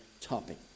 topic